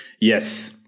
Yes